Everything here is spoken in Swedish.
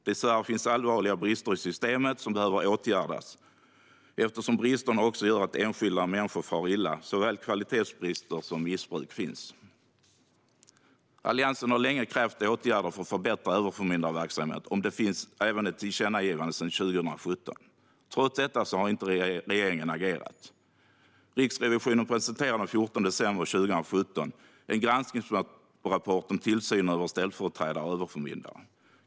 Dessvärre finns allvarliga brister i systemet, och de behöver åtgärdas eftersom de gör att enskilda människor far illa. Såväl kvalitetsbrister som missbruk finns. Alliansen har länge krävt åtgärder för att förbättra överförmyndarverksamheten, och det finns även ett tillkännagivande från 2017. Trots detta har regeringen inte agerat. Riksrevisionen presenterade den 14 december 2017 en granskningsrapport om tillsynen över ställföreträdare och överförmyndare.